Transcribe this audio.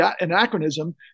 anachronism